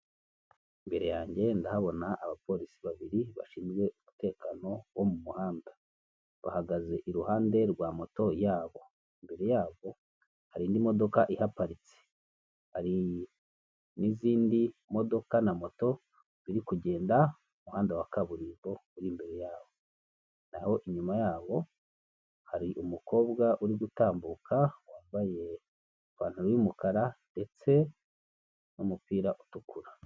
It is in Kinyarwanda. Imbere yanjye ndahabona abapolisi babiri bashinzwe umutekano wo mu muhanda, bahagaze iruhande rwa moto yabo, imbere yabo hari indi modoka ihaparitse, hari n'izindi modoka na moto biri kugenda mu muhanda wa kaburimbo uri imbere yabo, naho inyuma yabo hari umukobwa uri gutambuka wambaye ipantaro y'umukara ndetse n'umupira utukura.